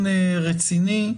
דיון רציני.